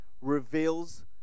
reveals